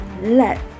let